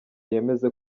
yemeze